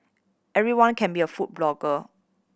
everyone can be a food blogger